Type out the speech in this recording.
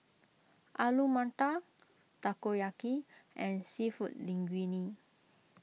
Alu Matar Takoyaki and Seafood Linguine